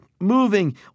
Moving